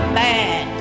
bad